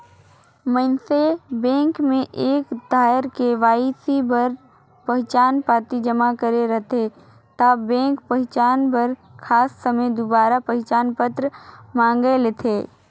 मइनसे बेंक में एक धाएर के.वाई.सी बर पहिचान पाती जमा करे रहथे ता बेंक पहिचान बर खास समें दुबारा पहिचान पत्र मांएग लेथे